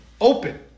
open